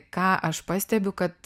ką aš pastebiu kad